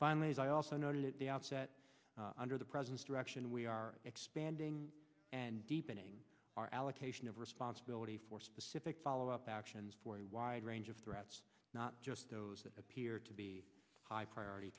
finally as i also noted at the outset under the president's direction we are expanding and deepening our allocation of responsibility for specific follow up actions for a wide range of threats not just those that appear to be high priority